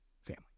family